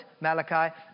Malachi